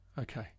Okay